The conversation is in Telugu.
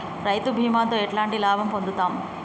రైతు బీమాతో ఎట్లాంటి లాభం పొందుతం?